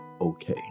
okay